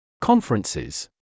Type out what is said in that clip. Conferences